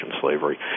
slavery